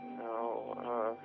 No